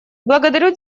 благодарю